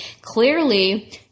clearly